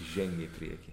žengia į priekį